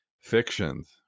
fictions